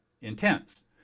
intense